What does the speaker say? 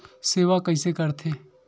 सेवा कइसे करथे?